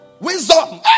Wisdom